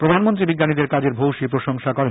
প্রধানমন্ত্রী বিজ্ঞানীদের কাজের ভূয়সী প্রশংসা করেন